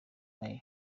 may